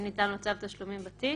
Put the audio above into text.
אם ניתן לו צו תשלומים בתיק,